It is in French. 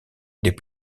des